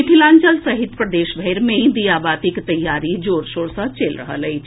मिथिलांचल सहित प्रदेशभर मे दीयाबातीक तैयारी जोर शोर सँ चलि रहल अछि